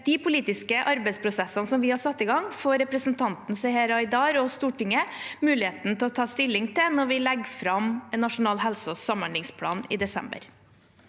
De politiske arbeidsprosessene som vi har satt i gang, får representanten Seher Aydar og Stortinget muligheten til å ta stilling til når vi legger fram nasjonal helse- og samhandlingsplan i desember.